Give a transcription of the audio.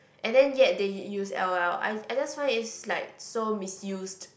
and then yet they use L_O_L I I just find is like so misuse